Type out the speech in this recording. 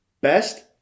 best